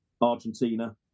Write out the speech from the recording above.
Argentina